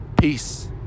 Peace